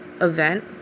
event